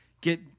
Get